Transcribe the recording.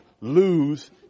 lose